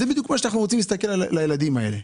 כך בדיוק אנחנו רוצים להסתכל על הפיקדונות של הילדים האלה,